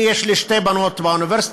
יש לי שתי בנות באוניברסיטה,